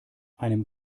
einem